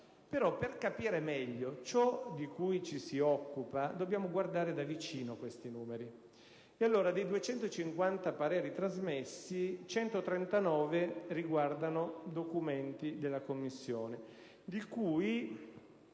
Per capire meglio ciò di cui ci si occupa dobbiamo però guardare da vicino questi numeri. Dei 250 pareri trasmessi, 139 riguardano documenti della Commissione,